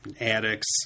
Addicts